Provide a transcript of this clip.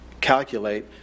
calculate